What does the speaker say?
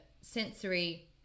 sensory